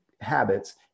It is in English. habits